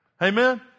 Amen